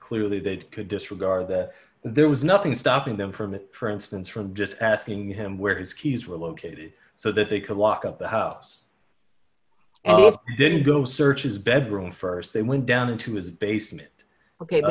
clearly that could disregard that there was nothing stopping them from it for instance from just asking him where his keys were located so that they could lock up the house didn't go search is bedroom st they went down into his basement ok